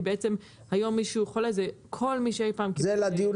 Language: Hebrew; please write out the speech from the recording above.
כי בעצם היום מי שהוא חולה זה כל מי שאי פעם קיבל --- אביגל,